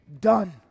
done